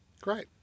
Great